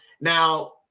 Now